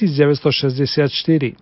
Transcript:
1964